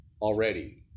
Already